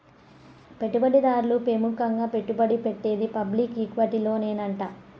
పెట్టుబడి దారులు పెముకంగా పెట్టుబడి పెట్టేది పబ్లిక్ ఈక్విటీలోనేనంట